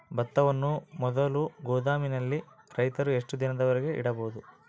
ಭತ್ತವನ್ನು ಮೊದಲು ಗೋದಾಮಿನಲ್ಲಿ ರೈತರು ಎಷ್ಟು ದಿನದವರೆಗೆ ಇಡಬಹುದು?